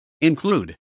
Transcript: include